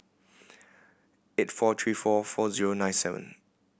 eight four three four four zero nine seven